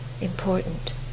important